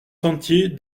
sentier